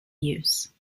use